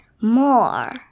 More